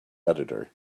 editor